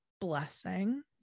blessing